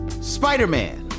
Spider-Man